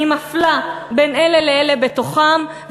והיא מפלה בין אלה לאלה בתוכם,